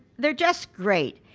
they're just great.